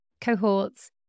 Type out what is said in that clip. cohorts